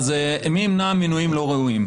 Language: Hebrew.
מי ימנע מינויים לא ראויים?